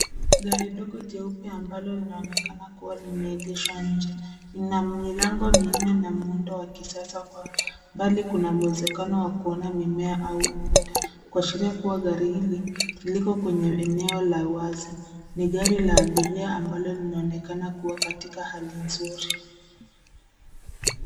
Gari ndogo jeube ambalo linaonekana kuwa limeegeshwa nje, lina milango minne na muundo wa kisasa pale kuna mwezekano wa kuona mimea au ukuta kuashiria kuwa gari hili liko kwenye eneo la wazi, ni gari la abiria ambalo linaonekana kuwa katika Hali nzuri.